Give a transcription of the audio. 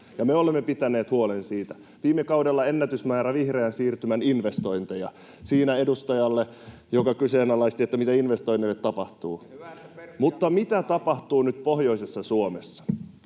me olemme pitäneet huolen siitä. Viime kaudella oli ennätysmäärä vihreän siirtymän investointeja — siinä edustajalle, joka kyseenalaisti, mitä investoinneille tapahtuu. [Välihuuto] Mutta mitä tapahtuu nyt pohjoisessa Suomessa?